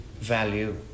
value